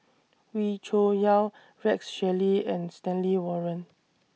Wee Cho Yaw Rex Shelley and Stanley Warren